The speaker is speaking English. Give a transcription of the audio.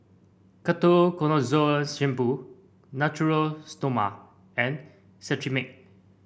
Ketoconazole Shampoo Natura Stoma and Cetrimide